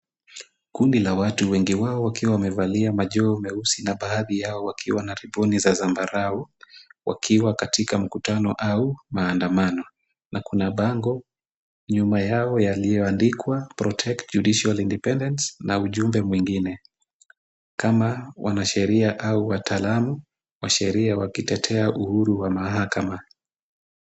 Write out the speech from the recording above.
Kundi la watu wengi wao wakiwa wamevalia majoho meusi na baadhi yao wakiwa na riboni za zambarau wakiwa katika mkutano au maandamano na kuna bango nyuma yao yaliyoandikwa protect judicial independence na ujumbe mwingine kama wanasheria au wataalamu, wa sheria wakitetea uhuru wa mahakam.